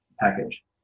package